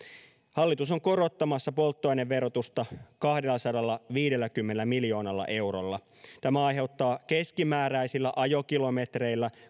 hallitus on korottamassa polttoaineverotusta kahdellasadallaviidelläkymmenellä miljoonalla eurolla tämä aiheuttaa keskimääräisillä ajokilometreillä